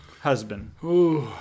husband